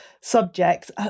subjects